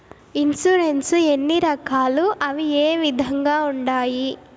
insurance ఎన్ని రకాలు అవి ఏ విధంగా ఉండాయి